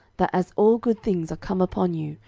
that as all good things are come upon you,